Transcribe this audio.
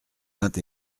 vingt